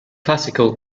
classical